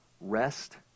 rest